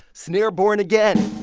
snare born again,